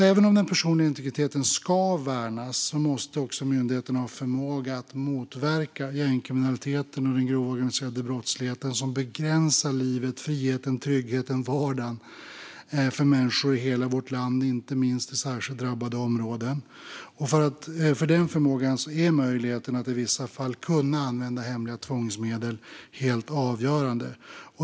Även om den personliga integriteten ska värnas måste också myndigheterna ha förmåga att motverka den gängkriminalitet och den grova organiserade brottslighet som begränsar livet, friheten, tryggheten och vardagen för människor i hela vårt land, inte minst i särskilt drabbade områden. För den förmågan är möjligheten att i vissa fall kunna använda hemliga tvångsmedel helt avgörande.